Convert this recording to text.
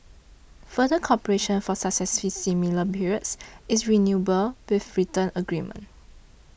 further cooperation for successive similar periods is renewable by written agreement